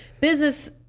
business